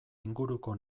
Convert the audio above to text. inguruko